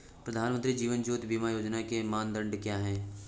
प्रधानमंत्री जीवन ज्योति बीमा योजना के मानदंड क्या हैं?